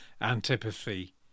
antipathy